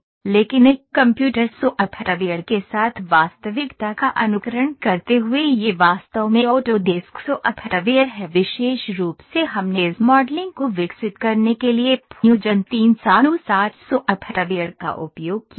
लेकिन एक computer software के साथ वास्तविकता का अनुकरण करते हुए यह वास्तव में ऑटो डेस्क सॉफ्टवेयर है विशेष रूप से हमने इस मॉडलिंग को विकसित करने के लिए फ्यूजन 360 सॉफ्टवेयर का उपयोग किया है